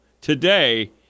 Today